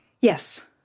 Yes